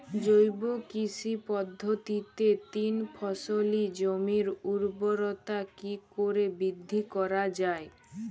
জৈব কৃষি পদ্ধতিতে তিন ফসলী জমির ঊর্বরতা কি করে বৃদ্ধি করা য়ায়?